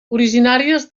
originàries